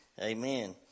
Amen